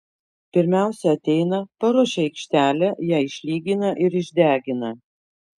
pirmiausia ateina paruošia aikštelę ją išlygina ir išdegina